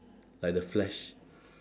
like the flash